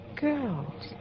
Girls